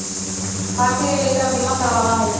भारतीय रेल यात्रा बीमा करवावा हई